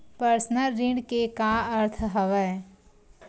Personal ऋण के का अर्थ हवय?